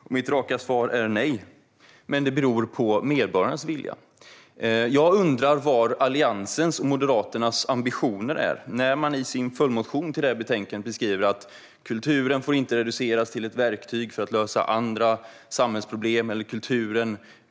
Herr talman! Mitt raka svar är nej. Men detta beror på medborgarnas vilja. Jag undrar var Alliansens och Moderaternas ambitioner finns när de i sin följdmotion i detta betänkande beskriver att kulturen inte får reduceras till ett verktyg för att lösa andra samhällsproblem.